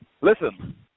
Listen